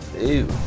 Ew